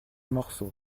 morceau